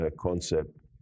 concept